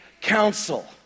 council